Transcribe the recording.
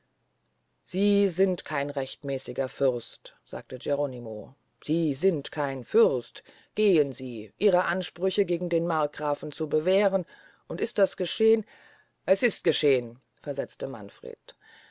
sie sind kein rechtmäßiger fürst sagte geronimo sie sind kein fürst gehn sie ihre ansprüche gegen den markgrafen zu bewähren und ist das geschehn es ist geschehn versetzte manfred